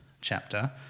chapter